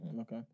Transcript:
Okay